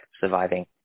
surviving